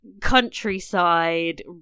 countryside